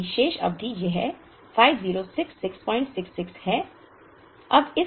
अभी भी शेष अवधि में यह 506666 है